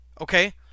Okay